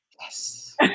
Yes